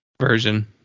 version